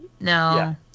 No